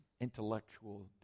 intellectual